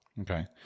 Okay